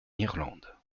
irlande